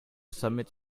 submit